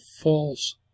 false